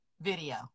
video